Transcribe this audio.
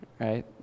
right